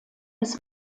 des